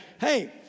hey